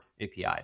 API